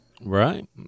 Right